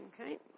Okay